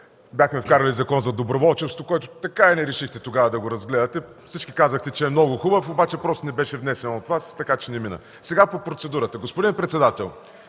бяхме вкарали Закон за доброволчеството, който така и не решихте тогава да разгледате. Всички казахте, че е много хубав, обаче просто не беше внесен от Вас, така че не мина. Сега по процедурата. Господин председател,